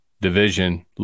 division